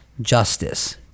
justice